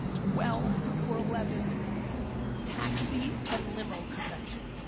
twelve or eleven taxi and limo convention,